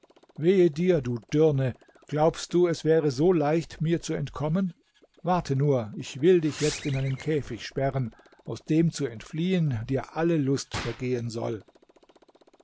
wehe dir du dirne glaubst du es wäre so leicht mir zu entkommen warte nur ich will dich jetzt in einen käfig sperren aus dem zu entfliehen dir alle lust vergehen soll